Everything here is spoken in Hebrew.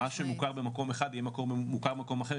מה שמוכר במקום אחד יהיה מוכר במקום אחר.